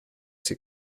sie